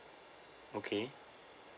okay